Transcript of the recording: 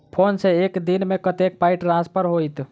Phone सँ एक दिनमे कतेक पाई ट्रान्सफर होइत?